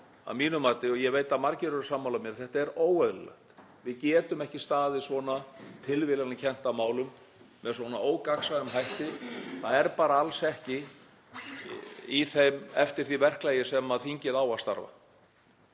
að mínu mati, og ég veit að margir eru sammála mér, óeðlilegt. Við getum ekki staðið svona tilviljanakennt að málum, með svona ógagnsæjum hætti. Það er bara alls ekki eftir því verklagi sem þingið á að starfa.